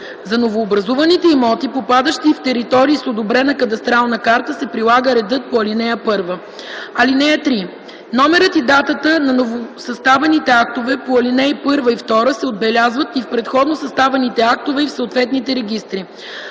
За новообразуваните имоти, попадащи в територии с одобрена кадастрална карта, се прилага редът по ал. 1. (3) Номерът и датата на новосъставените актове по ал. 1 и 2 се отбелязват и в предходно съставените актове и в съответните регистри.